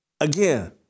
again